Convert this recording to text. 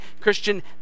Christian